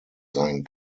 sein